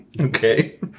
Okay